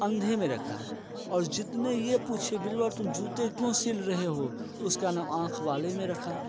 अंधे में रखा और जितने ये पूछे बीरबल तुम जूते क्यों सी रहे हो उसका नाम आँख वाले में रखा